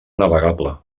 navegable